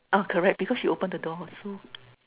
uh correct because you open the door so